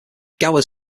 gowers